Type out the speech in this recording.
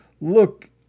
look